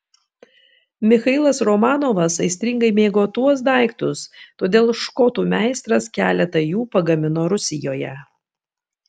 michailas romanovas aistringai mėgo tuos daiktus todėl škotų meistras keletą jų pagamino rusijoje